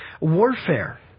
Warfare